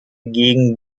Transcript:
gegen